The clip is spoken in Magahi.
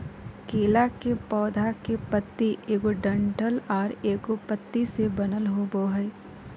केला के पौधा के पत्ति एगो डंठल आर एगो पत्ति से बनल होबो हइ